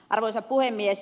arvoisa puhemies